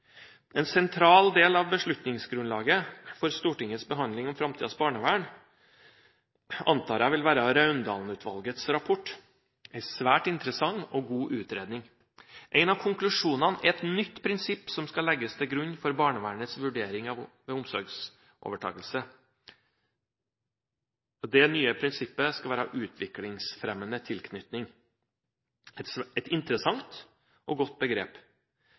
En sentral del av beslutningsgrunnlaget for Stortingets behandling av framtidas barnevern antar jeg vil være Raundalen-utvalgets rapport – en svært interessant og god utredning. En av konklusjonene er et nytt prinsipp som skal legges til grunn for barnevernets vurdering ved omsorgsovertakelse. Det nye prinsippet skal være «utviklingsfremmende tilknytning». Det er et interessant og godt begrep.